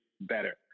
better